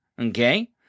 Okay